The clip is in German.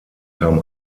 kam